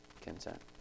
content